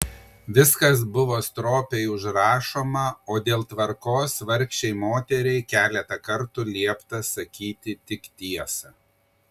viskas buvo stropiai užrašoma o dėl tvarkos vargšei moteriai keletą kartų liepta sakyti tik tiesą